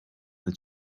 that